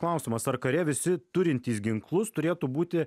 klausimas ar kare visi turintys ginklus turėtų būti